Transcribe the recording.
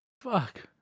Fuck